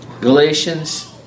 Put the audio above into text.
Galatians